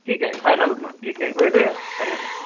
ठीक आहे फायनल मग ठीक आहे भेटूया चालेल